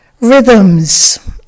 rhythms